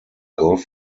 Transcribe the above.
golf